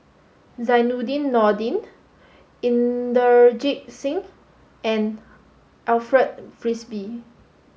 Zainudin Nordin Inderjit Singh and Alfred Frisby